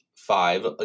Five